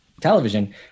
television